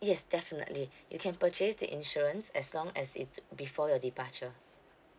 yes definitely you can purchase the insurance as long as it's before your departure